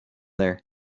there